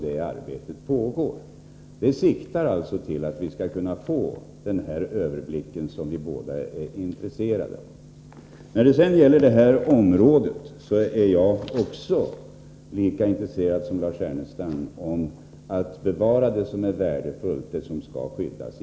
Detta arbete pågår, och det siktar till att vi skall kunna få den överblick som vi båda är intresserade av. I fråga om detta område är jag lika intresserad som Lars Ernestam av att bevara det som är värdefullt, det som skall skyddas.